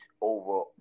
over